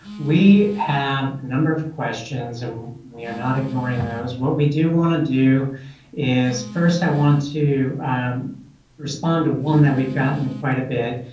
we have a number of questions and we're not ignoring those. what we do want to do is first i want to um respond to one that we've gotten quite a bit,